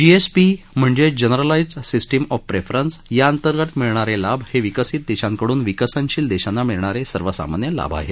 GSP म्हणजेच generalised system of preference या अंतर्गत मिळणारे लाभ हे विकसीत देशांकडून विकसनशील देशांना मिळणारे सर्वसामान्य लाभ आहेत